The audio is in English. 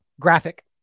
graphic